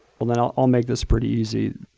well then i'll make this pretty easy.